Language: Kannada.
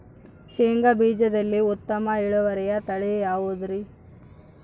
ಶೇಂಗಾ ಬೇಜದಲ್ಲಿ ಉತ್ತಮ ಇಳುವರಿಯ ತಳಿ ಯಾವುದುರಿ?